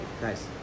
nice